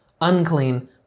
unclean